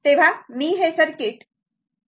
तेव्हा हे सर्किट आहे